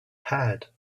had